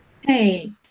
Hey